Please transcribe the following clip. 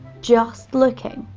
just looking,